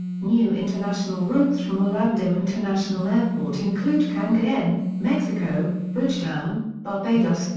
new international routes from orlando international airport include cancun, mexico, bridgetown, barbados,